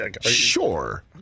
Sure